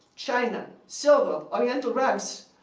china, silver, oriental rugs.